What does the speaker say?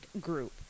group